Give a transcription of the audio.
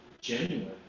genuine